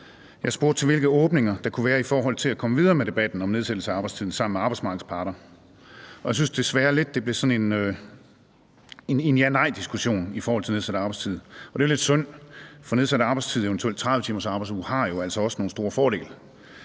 Jeg spurgte til, hvilke åbninger der kunne være i forhold til at komme videre med debatten om nedsættelse af arbejdstiden sammen med arbejdsmarkedets parter. Jeg synes desværre lidt, at det blev sådan en ja-nej-diskussion i forhold til nedsat arbejdstid. Det er jo lidt synd, for nedsat arbejdstid, eventuelt 30-timersarbejdsuge, har jo altså også nogle store fordele.